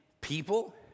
people